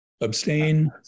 abstain